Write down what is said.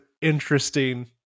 interesting